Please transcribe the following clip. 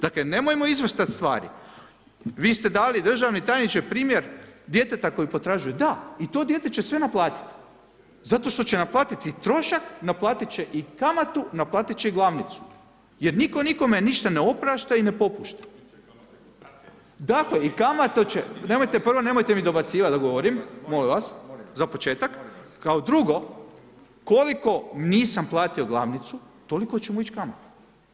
Dakle nemojmo izvrtat stvari, vi ste dali državni tajniče primjer djeteta koje potražuje, da i to dijete će sve naplatit zato što će naplatit trošak, naplatit će i kamatu, naplatit će i glavnicu jer nitko nikome ništa ne oprašta i ne popušta. … [[Upadica se ne čuje.]] Tako je i kamatu će, nemojte, prvo nemojte mi dobacivat dok govorim, molim vas za početak, kao drugo koliko nisam platio glavnicu, toliko će mu ić kamata.